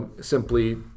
simply